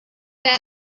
that